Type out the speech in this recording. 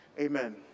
Amen